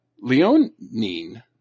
leonine